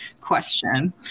question